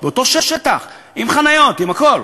באותו שטח, עם חניות, עם הכול,